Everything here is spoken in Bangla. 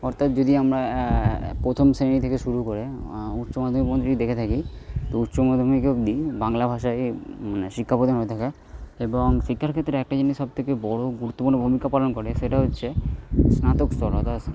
অর্থাৎ যদি আমরা প্রথম শ্রেণী থেকে শুরু করে উচ্চ মাধ্যমিক পর্যন্ত যদি দেখে থাকি তো উচ্চ মাধ্যমিক অবধি বাংলা ভাষায় শিক্ষা প্রদান হয়ে থাকে এবং শিক্ষার ক্ষেত্রে একটা জিনিস সবথেকে বড় গুরুত্বপূর্ণ ভূমিকা পালন করে সেটা হচ্ছে স্নাতক স্তর অর্থাৎ